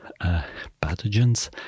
pathogens